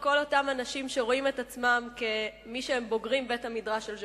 לכל אותם אנשים שרואים את עצמם כמי שהם בוגרי בית-המדרש של ז'בוטינסקי.